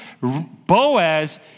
Boaz